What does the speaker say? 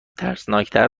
ترسناکتر